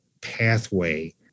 pathway